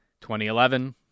2011